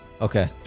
Okay